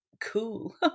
cool